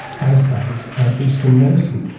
as does eastern medicine.